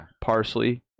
parsley